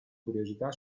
curiosità